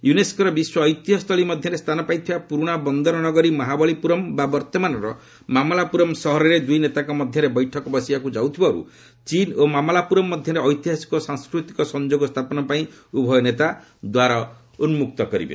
ୟୁନେସ୍କୋର ବିଶ୍ୱ ଐତିହ୍ୟ ସ୍ଥଳୀ ମଧ୍ୟରେ ସ୍ଥାନ ପାଇଥିବା ପୁରୁଣା ବନ୍ଦର ନଗରୀ ମହାବଳୀପୁରମ୍ ବା ବର୍ତ୍ତମାନର ମାମଲାପୁରମ୍ ସହରରେ ଦୁଇ ନେତାଙ୍କ ମଧ୍ୟରେ ବୈଠକ ବସିବାକୁ ଯାଉଥିବାରୁ ଚୀନ ଓ ମାମଲାପୁରମ୍ ମଧ୍ୟରେ ଐତିହାସିକ ଓ ସାଂସ୍କୃତିକ ସଂଯୋଗ ସ୍ଥାପନ ପାଇଁ ଉଭୟ ନେତା ଦ୍ୱାର ଉନ୍କକ୍ତ କରିବେ